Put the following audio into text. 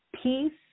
Peace